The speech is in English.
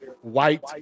white